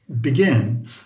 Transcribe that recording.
begin